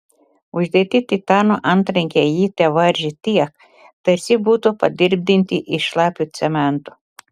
uždėti titano antrankiai jį tevaržė tiek tarsi būtų padirbdinti iš šlapio cemento